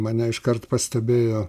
mane iškart pastebėjo